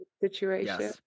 Situation